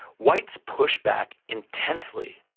whites push back intensely.